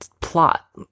plot